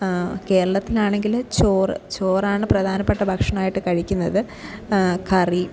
കേരളത്തിലാണെങ്കിൽ ചോറ് ചോറാണ് പ്രധാനപ്പെട്ട ഭക്ഷണമായിട്ട് കഴിക്കുന്നത് കറി